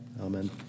Amen